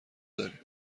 داریم